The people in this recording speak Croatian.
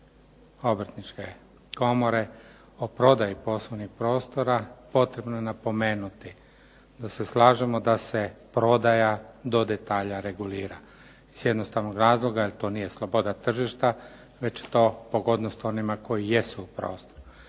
Obrtničke komore o prodaji poslovnih prostora potrebno je napomenuti da se slažemo da se prodaja do detalja regulira iz jednostavnog razloga jer to nije sloboda tržišta već to pogodnost onima koji jesu u prostoru.